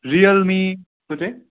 रियलमीको चाहिँ